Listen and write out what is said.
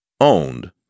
owned